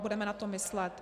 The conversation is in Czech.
Budeme na to myslet.